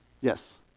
Yes